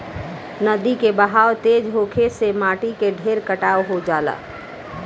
नदी के बहाव तेज होखे से माटी के ढेर कटाव हो जाला